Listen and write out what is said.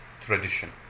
tradition